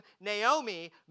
Naomi